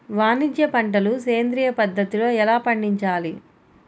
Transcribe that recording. వాణిజ్య పంటలు సేంద్రియ పద్ధతిలో ఎలా పండించాలి?